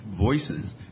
voices